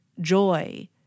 joy